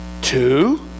two